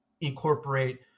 incorporate